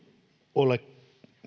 ole